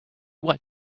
what